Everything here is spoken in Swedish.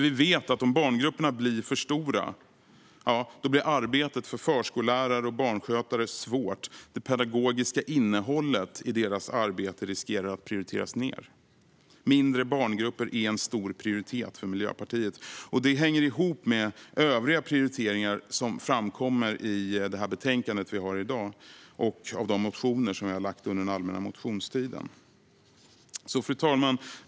Vi vet att om barngrupperna blir för stora blir arbetet för förskollärare och barnskötare svårt. Det pedagogiska innehållet i deras arbete riskerar att prioriteras ned. Mindre barngrupper är en stor prioritet för Miljöpartiet. Det hänger ihop med övriga prioriteringar som framkommer i detta betänkande och av de motioner som vi har väckt under den allmänna motionstiden. Fru talman!